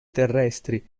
terrestri